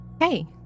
Hey